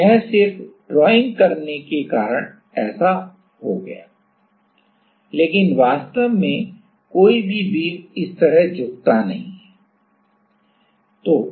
तो यह सिर्फ ड्राइंग करने के कारण ऐसा हो गया लेकिन वास्तव में कोई भी बीम इस तरह झुकता नहीं है